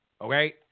Okay